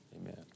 Amen